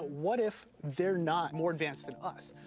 what if they're not more advanced than us?